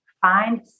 find